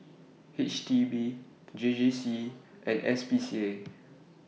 H D B J J C and S C A